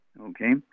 Okay